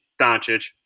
Doncic